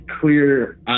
Clear